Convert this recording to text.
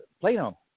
Plano